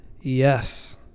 yes